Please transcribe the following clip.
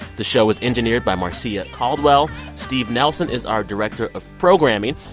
the show was engineered by marcia caldwell. steve nelson is our director of programming.